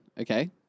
Okay